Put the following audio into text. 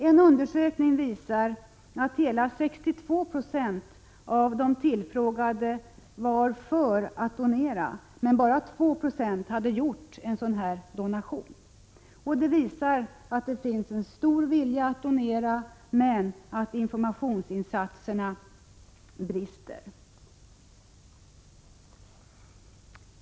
En undersökning visar att hela 62 90 av de tillfråggddevar. ——— för att donera, men bara 2 90 hade gjort en donation. Det visar att det finns Hjärnrelaterade dödsen stor vilja att donera, men att informationsinsatserna brister.